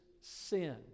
sin